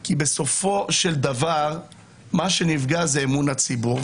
כי בסופו של דבר מה שנפגע זה אמון הציבור.